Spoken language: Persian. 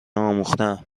آموختهام